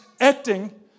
acting